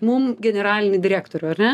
mum generalinį direktorių ar ne